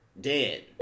dead